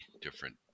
different